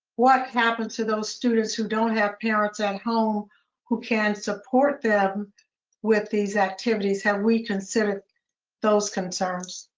what happens to those students who don't have parents at home who can support them with these activities? have we considered those concerns?